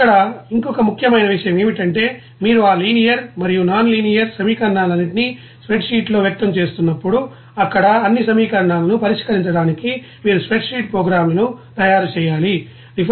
ఇక్కడ ఇంకొక ముఖ్యమైన విషయం ఏమిటంటే మీరు ఆ లీనియర్ మరియు నాన్ లీనియర్ సమీకరణాలన్నింటినీ స్ప్రెడ్షీట్లో వ్యక్తం చేస్తున్నప్పుడు అక్కడ అన్ని సమీకరణాలను పరిష్కరించడానికి మీరు స్ప్రెడ్షీట్ ప్రోగ్రామ్లను తయారు చేయాలి